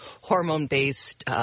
hormone-based